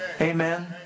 Amen